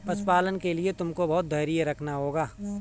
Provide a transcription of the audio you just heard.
पशुपालन के लिए तुमको बहुत धैर्य रखना होगा